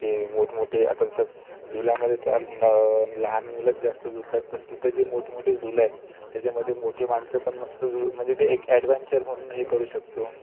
जे मोठमोठे आता जसं झुलामध्ये तर लहान मुलंच जास्त झुलतात पण तिथं जे मोठमोठे झुला आहे त्याच्यामध्ये मोठे माणसं पण मस्त झू म्हणजे ते एक ॲडवेंचर म्हणून हे करू शकतो